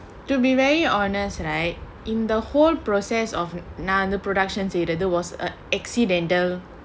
to be very honest right in the whole process of non the productions either it was accidental